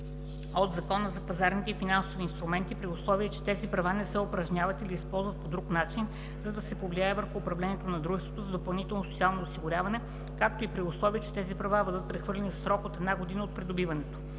от Закона за пазарите на финансови инструменти, при условие че тези права не се упражняват или използват по друг начин, за да се повлияе върху управлението на дружеството за допълнително социално осигуряване, както и при условие че тези права бъдат прехвърлени в срок една година от придобиването.”